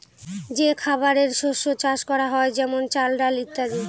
যে খাবারের শস্য চাষ করা হয় যেমন চাল, ডাল ইত্যাদি